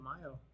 Mayo